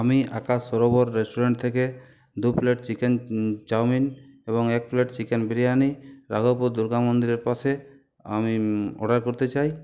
আমি আকাশ সরোবর রেষ্টুরেন্ট থেকে দু প্লেট চিকেন চাউমিন এবং এক প্লেট চিকেন বিরিয়ানি রাঘবপুর দুর্গামন্দিরের পাশে আমি অর্ডার করতে চাই